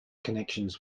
connections